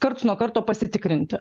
karts nuo karto pasitikrinti